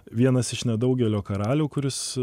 vienas iš nedaugelio karalių kuris